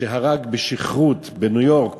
שהרג בנהיגה בשכרות בניו-יורק